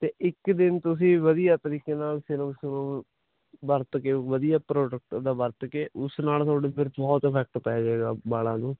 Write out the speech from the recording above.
ਤੇ ਇੱਕ ਦਿਨ ਤੁਸੀਂ ਵਧੀਆ ਤਰੀਕੇ ਨਾਲ ਸਿਰਮ ਸੁਰਮ ਵਰਤ ਕੇ ਵਧੀਆ ਪ੍ਰੋਡਕਟ ਦਾ ਵਰਤ ਕੇ ਉਸ ਨਾਲ ਤੁਹਾਡੇ ਫਿਰ ਬਹੁਤ ਇਫੈਕਟ ਪੈ ਜਾਏਗਾ ਵਾਲਾਂ ਨੂੰ